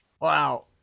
Wow